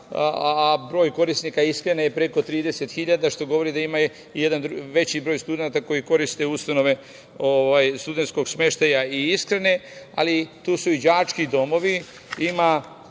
a broj korisnika ishrane je preko 30.000, što govori da ima jedan veći deo studenata koji koriste ustanove studenskog smeštaja i ishrane. Tu si i đački domovi. Ima